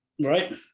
Right